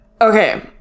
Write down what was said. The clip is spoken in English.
Okay